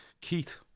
Keith